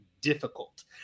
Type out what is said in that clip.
difficult